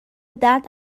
درد